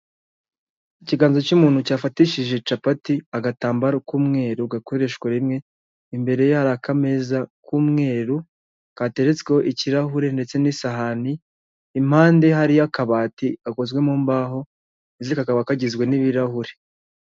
Ikiganza cy'umuntu cyafatishije capati, agatambaro k'umweru gakoreshwa rimwe, imbere ye hari akameza k'umweru. kateretsweho ikirahure ndetse n'isahani, impande hari akabati gakozwe mu mbaho ndetse kakaba kagizwe n'ibirahuri.